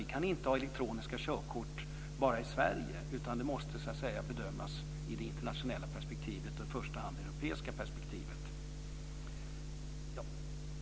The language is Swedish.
Vi kan inte ha elektroniska körkort bara i Sverige, utan det måste bedömas i det internationella, och i första hand i det europeiska, perspektivet.